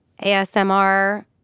asmr